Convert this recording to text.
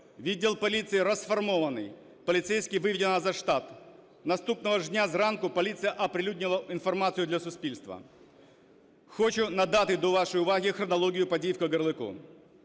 Відділ поліції розформований. Поліцейських виведено за штат. Наступного ж дня зранку поліція оприлюднила інформацію для суспільства. Хочу надати до вашої уваги хронологію подій у Кагарлику.